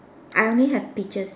I only have peaches